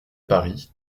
paris